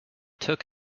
took